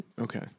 Okay